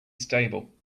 stable